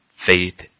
Faith